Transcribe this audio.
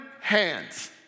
hands